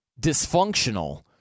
dysfunctional